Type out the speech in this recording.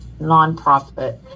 nonprofit